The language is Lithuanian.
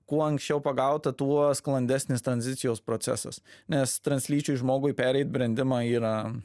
kuo anksčiau pagauta tuo sklandesnis tranzicijos procesas nes translyčiui žmogui pereit brendimą yra